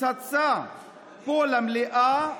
פצצה פה, למליאה.